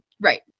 Right